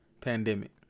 pandemic